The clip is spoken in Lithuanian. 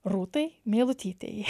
rūtai meilutytei